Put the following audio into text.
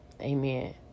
amen